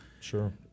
Sure